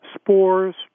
spores